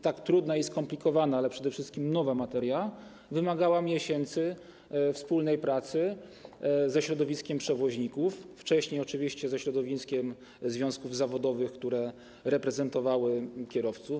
Tak trudna i skomplikowana, ale przede wszystkim nowa materia wymagała miesięcy wspólnej pracy ze środowiskiem przewoźników, wcześniej oczywiście ze środowiskiem związków zawodowych, które reprezentowały kierowców.